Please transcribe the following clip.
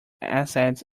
assets